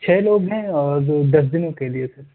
چھ لوگ ہیں اور دس دِنوں کے لئے سر